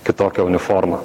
kitokia uniforma